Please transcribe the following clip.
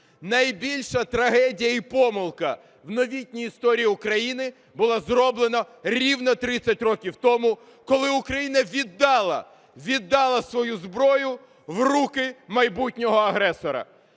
найбільша трагедія і помилка в новітній історії України була зроблена рівно 30 років тому, коли Україна віддала, віддала свою зброю в руки майбутнього агресора.